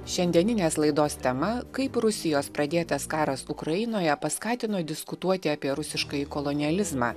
šiandieninės laidos tema kaip rusijos pradėtas karas ukrainoje paskatino diskutuoti apie rusiškąjį kolonializmą